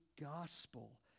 gospel